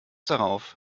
darauf